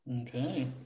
Okay